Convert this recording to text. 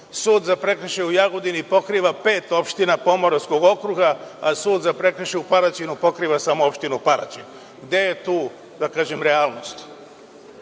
Sud za prekršaje u Jagodini pokriva pet opština Pomoravskog okruga, a Sud za prekršaje u Paraćinu pokriva samo Opštinu Paraćin. Gde je tu, da kažem, realnost? Mogao